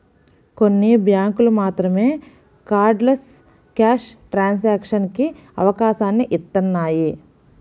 కొన్ని బ్యేంకులు మాత్రమే కార్డ్లెస్ క్యాష్ ట్రాన్సాక్షన్స్ కి అవకాశాన్ని ఇత్తన్నాయి